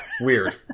weird